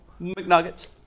McNuggets